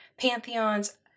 pantheons